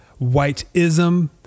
whiteism